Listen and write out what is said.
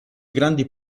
grandi